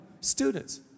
Students